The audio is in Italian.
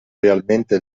realmente